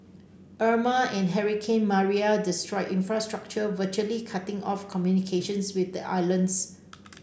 Irma and hurricane Maria destroyed infrastructure virtually cutting off communication with the islands